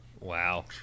Wow